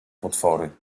potwory